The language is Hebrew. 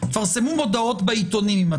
תפרסמו מודעות בעיתונים.